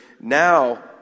now